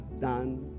done